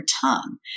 tongue